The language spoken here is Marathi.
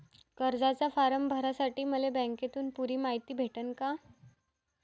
कर्जाचा फारम भरासाठी मले बँकेतून पुरी मायती भेटन का?